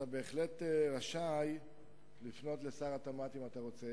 אתה בהחלט רשאי לפנות לשר התמ"ת, אם אתה רוצה.